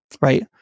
right